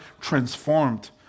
transformed